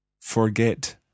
forget